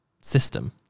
system